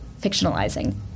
fictionalizing